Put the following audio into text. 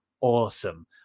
awesome